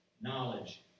knowledge